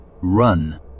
run